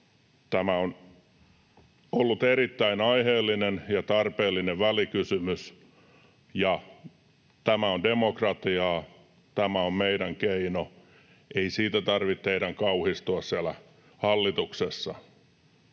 Tämä on ollut erittäin aiheellinen ja tarpeellinen välikysymys, ja tämä on demokratiaa. Tämä on meidän keinomme, ei siitä tarvitse teidän kauhistua siellä hallituksessa.